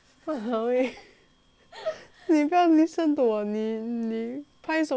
你不要 listen to 我你你拍什么 stupid